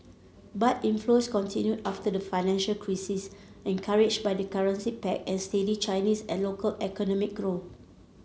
but inflows continued after the financial crisis encouraged by the currency peg and steady Chinese and local economic growth